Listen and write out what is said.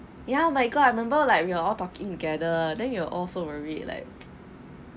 ya my god I remember like we are all talking together then you all so worried like